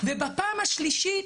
ובפעם השלישית,